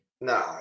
No